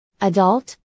Adult